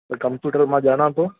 computer मां ॼाणा थो